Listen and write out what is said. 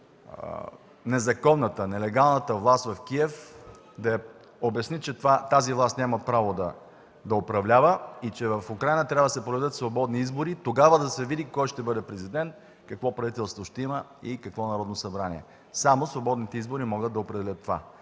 незаконната, нелегалната власт в Киев, да обясни, че тази власт няма право да управлява и че в Украйна трябва да се проведат свободни избори – тогава да се види кой ще бъде президент, какво правителство ще има и какво Народно събрание. Само свободните избори могат да определят това.